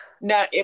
No